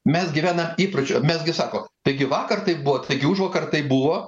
mes gyvenam įpročiu mes gi sakom taigi vakar taip buvot taigi užvakar taip buvo